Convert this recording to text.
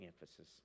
emphasis